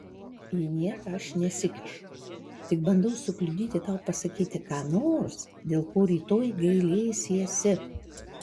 į nieką aš nesikišu tik bandau sukliudyti tau pasakyti ką nors dėl ko rytoj gailėsiesi